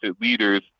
leaders